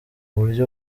buryo